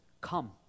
Come